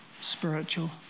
spiritual